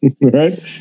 Right